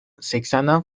seksenden